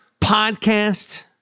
podcast